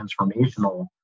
transformational